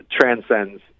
transcends